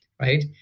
right